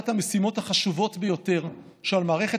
אחת המשימות החשובות ביותר שעל מערכת